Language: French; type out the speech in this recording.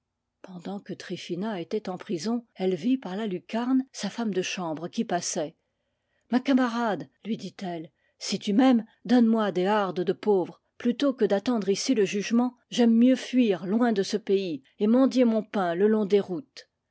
pendant que tryphina était en prison elle vit par la lucarne sa femme de chambre qui passait ma camarade lui dit-elle si tu m'aimes donne-moi des hardes de pauvre plutôt que d'attendre ici le jugement j'aime mieux fuir loin de ce pays et mendier mon pain le long des routes